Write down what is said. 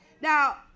Now